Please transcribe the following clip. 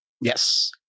Yes